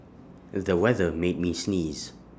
the weather made me sneeze